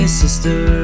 sister